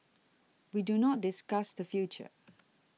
we do not discuss the future